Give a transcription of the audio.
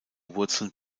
wurzeln